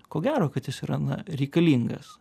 ko gero kad jis yra na reikalingas